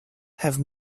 have